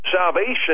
salvation